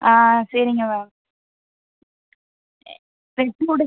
ஆ சரிங்க மேம்